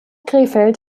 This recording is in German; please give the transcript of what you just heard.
krefeld